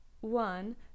one